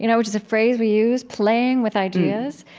you know which is a phrase we use, playing with ideas.